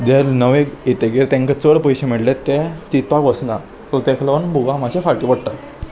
जे नवे येतगीर तांकां चड पयशे मेळ्ळे ते चिंतपाक वचना सो ताका लागून भुगा मातशें फाटीं पडटा